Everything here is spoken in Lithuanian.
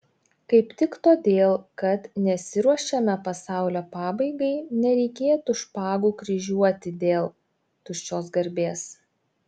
kaip tik todėl kad nesiruošiame pasaulio pabaigai nereikėtų špagų kryžiuoti dėl tuščios garbės